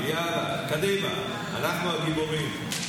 יאללה, קדימה, אנחנו הגיבורים.